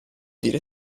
dire